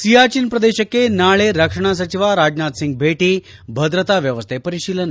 ಸಿಯಾಚಿನ್ ಪ್ರದೇಶಕ್ಕೆ ನಾಳೆ ರಕ್ಷಣಾ ಸಚಿವ ರಾಜ್ನಾಥ್ ಸಿಂಗ್ ಭೇಟಿ ಭದ್ರತಾ ವ್ಯವಸ್ಠೆ ಪರಿಶೀಲನೆ